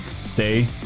stay